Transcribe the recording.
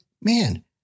man